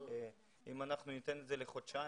אם אנחנו ניתן את זה לחודשיים,